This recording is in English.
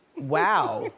wow,